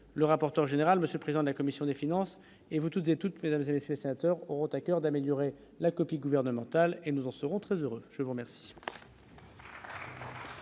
le rapporteur général, monsieur le président de la commission des finances, et vous toutes et toutes laissé sénateurs auront à coeur d'améliorer la copie gouvernementale et nous en serons très heureux, je vous remercie.